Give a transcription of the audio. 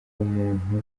umuntu